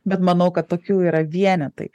bet manau kad tokių yra vienetai